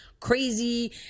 crazy